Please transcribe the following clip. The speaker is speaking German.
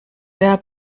der